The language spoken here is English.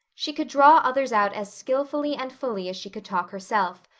she could draw others out as skillfully and fully as she could talk herself,